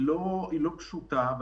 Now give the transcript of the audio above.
היא לא הצעה פשוטה,